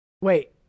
Wait